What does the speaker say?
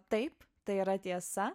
taip tai yra tiesa